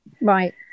right